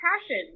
passion